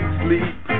sleep